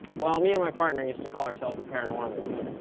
well, me and my partner used to call ourselves the paranormals.